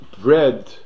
bread